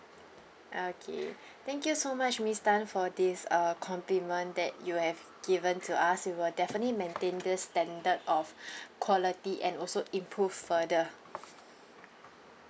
okay thank you so much miss tan for this uh compliment that you have given to us we will definitely maintain this standard of quality and also improve further